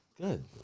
Good